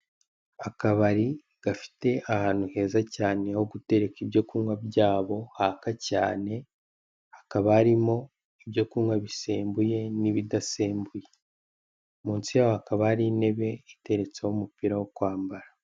Akabari gafite ahantu heza cyane ho gutereka ibyo kunywa byabo, haka cyane, hakaba harimo ibyo kunywa bisembuye n'ibidasembuye. Munsi yaho hakaba hari intebe iteretseho umupira wo kwambara.